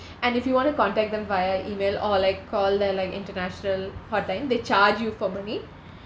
and if you want to contact them via email or like call their like international hotline they charge you for money